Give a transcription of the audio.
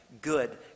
good